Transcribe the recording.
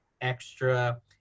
Extra